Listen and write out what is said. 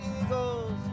eagles